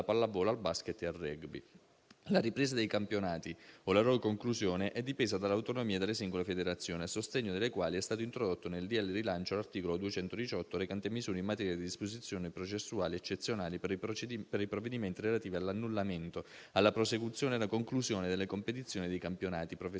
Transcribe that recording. La ripresa dei campionati o la loro conclusione è dipesa dall'autonomia delle singole federazioni, a sostegno delle quali è stato introdotto, nel decreto rilancio, l'articolo 218, recante misure in materia di disposizioni processuali eccezionali per i provvedimenti relativi all'annullamento, alla prosecuzione e alla conclusione delle competizioni e dei campionati professionistici